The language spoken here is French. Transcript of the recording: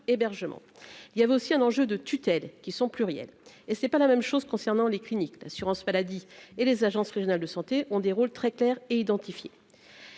il y avait aussi un enjeu de tutelle qui sont plurielles et ce n'est pas la même chose concernant les cliniques d'assurance maladie et les agences régionales de santé ont des rôles très claire et identifiés